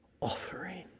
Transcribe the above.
offering